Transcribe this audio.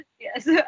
Yes